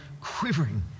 quivering